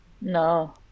No